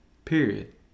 Period